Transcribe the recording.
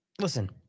Listen